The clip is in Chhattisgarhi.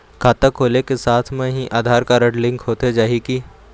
खाता खोले के साथ म ही आधार कारड लिंक होथे जाही की?